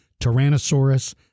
Tyrannosaurus